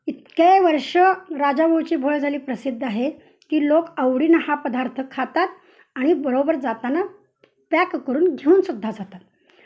इतके वर्ष राजाभऊची भेळ झाली प्रसिद्ध आहे की लोक आवडीनं हा पदार्थ खातात आणि बरोबर जाताना पॅक करून घेऊन सुद्धा जातात